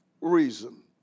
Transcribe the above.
reason